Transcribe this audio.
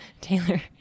Taylor